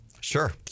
Sure